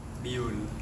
biol